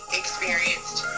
experienced